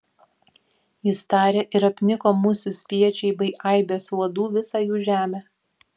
jis tarė ir apniko musių spiečiai bei aibės uodų visą jų žemę